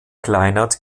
kleinert